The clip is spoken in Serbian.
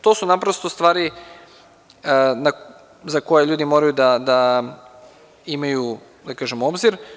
To su naprosto stvari za koje ljudi moraju da imaju obzir.